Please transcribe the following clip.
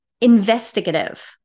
Investigative